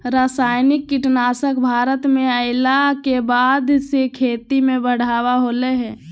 रासायनिक कीटनासक भारत में अइला के बाद से खेती में बढ़ावा होलय हें